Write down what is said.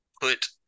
put